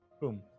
Boom